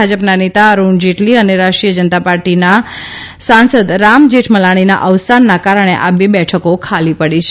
ભા પના નેતા અરૂણ જેટલી અને રાષ્ટ્રીય નતા પાર્ટીના સાંસદ રામ જેઠમલાણીના અવસાનના કારણે આ પે પે ઠકો ખાલી પડી છે